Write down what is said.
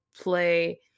play